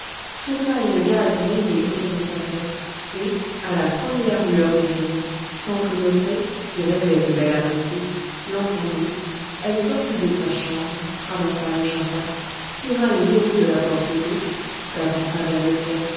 tourna une gaze rayée autour de sa tête et à la première lueur du jour sans que nofré qui rêvait du bel ahmosis l'entendît elle sortit de sa chambre traversa le jardin tira les verrous de la porte d'eau s'avança vers le quai